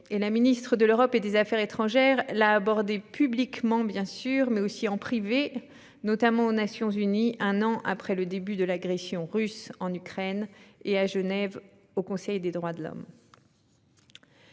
la ministre de l'Europe et des affaires étrangères a abordé publiquement, bien sûr, mais aussi en privé, notamment aux Nations unies un an après le début de l'agression russe en Ukraine, et au Conseil des droits de l'homme,